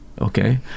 okay